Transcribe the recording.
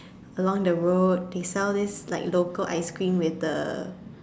along the road they sell this like local ice-cream with the